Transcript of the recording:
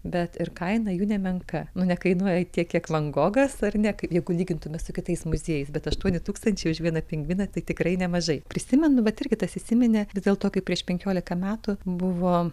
bet ir kaina jų nemenka nu nekainuoja tiek kiek van gogas ar ne k jeigu lygintume su kitais muziejais bet aštuoni tūkstančiai už vieną pingviną tai tikrai nemažai prisimenu vat irgi tas įsiminė vis dėlto kaip prieš penkiolika metų buvo